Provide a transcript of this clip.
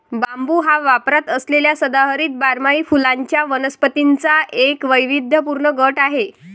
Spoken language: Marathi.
बांबू हा वापरात असलेल्या सदाहरित बारमाही फुलांच्या वनस्पतींचा एक वैविध्यपूर्ण गट आहे